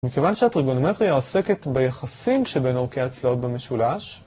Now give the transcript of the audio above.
מכיוון שהטריגונומטריה עוסקת ביחסים שבין אורכי הצלעות במשולש